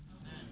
Amen